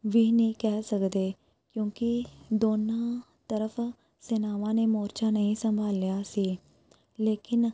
ਵੀ ਨਹੀਂ ਕਹਿ ਸਕਦੇ ਕਿਉਂਕਿ ਦੋਨਾਂ ਤਰਫ ਸੈਨਾਵਾਂ ਨੇ ਮੋਰਚਾ ਨਹੀਂ ਸੰਭਾਲਿਆ ਸੀ ਲੇਕਿਨ